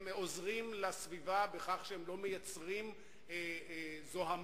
הם עוזרים לסביבה בכך שהם לא מייצרים זוהמה,